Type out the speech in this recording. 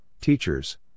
teachers